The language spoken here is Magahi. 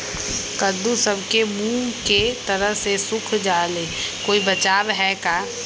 कददु सब के मुँह के तरह से सुख जाले कोई बचाव है का?